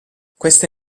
queste